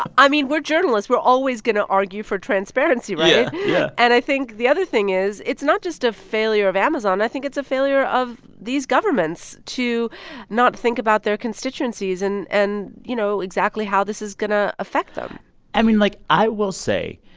i mean, we're journalists. we're always going to argue for transparency, right? yeah, yeah and i think the other thing is it's not just a failure of amazon. i think it's a failure of these governments to not think about their constituencies and and, you know, exactly how this is going to affect them i mean, like, i will say,